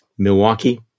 Milwaukee